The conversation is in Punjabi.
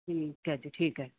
ਠੀਕ ਹੈ ਜੀ ਠੀਕ ਹੈ